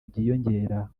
byiyongera